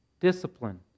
Discipline